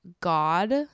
God